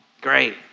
Great